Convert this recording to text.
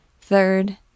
Third